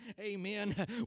amen